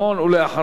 ואחריו,